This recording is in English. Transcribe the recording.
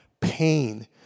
pain